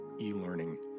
e-learning